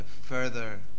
further